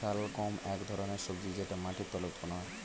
শালগম এক ধরনের সবজি যেটা মাটির তলায় উৎপন্ন হয়